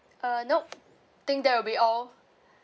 uh nope think that will be all